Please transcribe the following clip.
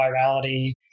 virality